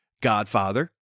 Godfather